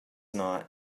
not